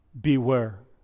beware